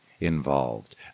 involved